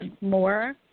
more